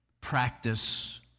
practice